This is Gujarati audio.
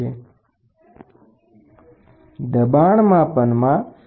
નીચેની ચાર મૂળભૂત કુશળતા દબાણ માપવા માટે જરૂરી છે